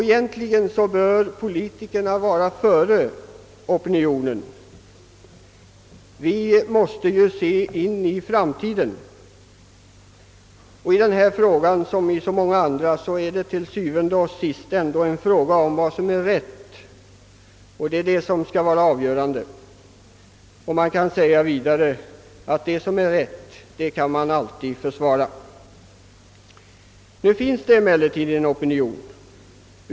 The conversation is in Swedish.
Egentligen bör politikerna vara före opinionen. Vi måste ju se in i framtiden. I denna fråga som i så många andra är det til syvende og sidst en fråga om vad som är rätt som skall vara avgörande. Och det som är rätt kan man alltid försvara. Nu finns det emellertid en opinion.